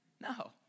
No